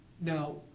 now